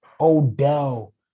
Odell